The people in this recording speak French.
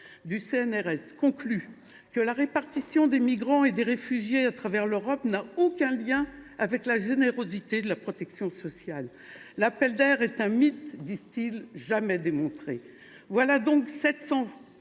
!– concluent que « la répartition des migrants et des réfugiés à travers l’Europe n’a aucun lien avec la générosité de la protection sociale : l’“appel d’air” est un mythe jamais démontré ». Voilà donc 700